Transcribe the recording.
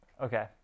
Okay